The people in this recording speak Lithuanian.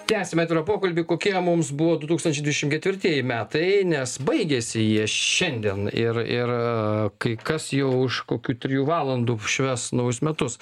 tęsiam atvirą pokalbį kokie mums buvo du tūkstančiai dvidešim ketvirtieji metai nes baigiasi jie šiandien ir ir kai kas jau už kokių trijų valandų švęs naujus metus